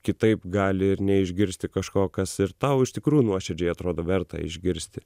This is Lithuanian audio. kitaip gali ir neišgirsti kažko kas ir tau iš tikrųjų nuoširdžiai atrodo verta išgirsti